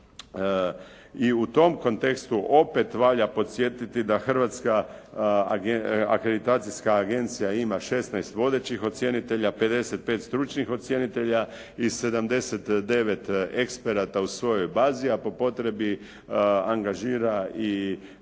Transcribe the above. I u tom kontekstu opet valja podsjetiti da Hrvatska akreditacijska agencija ima 16 vodećih ocjenitelja, 55 stručnih ocjenitelja i 79 eksperata u svojoj bazi, a po potrebi angažira i